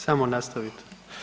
Samo nastavite.